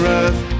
earth